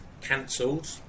cancelled